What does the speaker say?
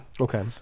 Okay